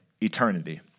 eternity